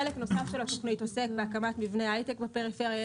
חלק נוסף של התוכנית עוסק בהקמת מבני הייטק בפריפריה.